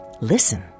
Listen